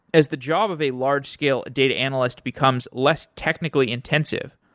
as the job of a large-scale data analyst becomes less technically intensive,